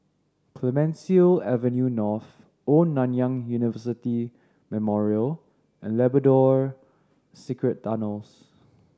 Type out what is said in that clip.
Clemenceau Avenue North Old Nanyang University Memorial and Labrador Secret Tunnels